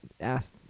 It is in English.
asked